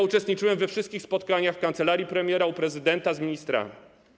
Uczestniczyłem we wszystkich spotkaniach w kancelarii premiera, u prezydenta, z ministrami.